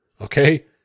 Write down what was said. okay